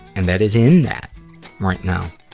and that is in that right now.